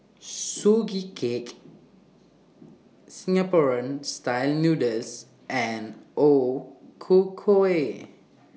Sugee Cake Singaporean Style Noodles and O Ku Kueh